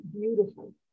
beautiful